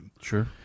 Sure